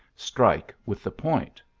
strike with the point.